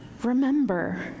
Remember